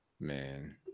Man